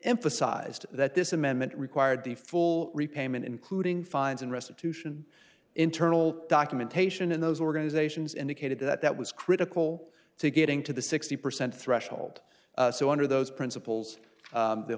emphasized that this amendment required the full repayment including fines and restitution internal documentation in those organizations indicated that that was critical to getting to the sixty percent threshold so under those principles the